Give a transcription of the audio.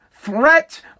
threat